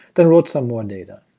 then wrote some more data.